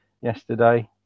yesterday